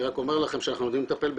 אני רק אומר לכם שאנחנו יודעים לטפל בזה.